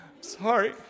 sorry